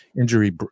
injury